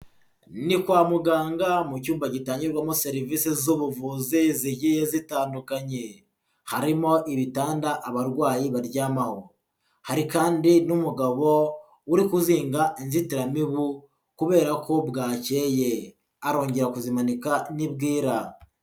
Ni kwa muganga mu cyumba gitangirwamo serivisi z'ubuvuzi zigiye zitandukanye, harimo ibitanda abarwayi baryamaho, hari kandi n'umugabo uri kuzinga inzitiramibu kubera ko bwakeye, arongera kuzimanika nibwira.